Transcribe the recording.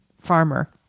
farmer